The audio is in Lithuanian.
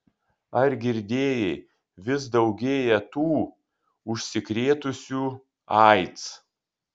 ar girdėjai vis daugėja tų užsikrėtusių aids